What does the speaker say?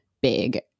big